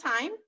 time